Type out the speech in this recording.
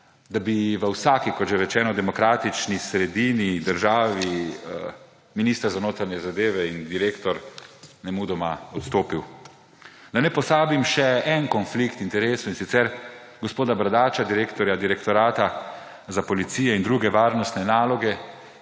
da bi v vsaki, kot že rečeno, demokratični sredini, državi minister za notranje zadeve in direktor nemudoma odstopil. Naj ne pozabim še na en konflikt interesov, in sicer gospoda Bradača, direktorja Direktorata za policijo in druge varnostne naloge,